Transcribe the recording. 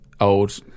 old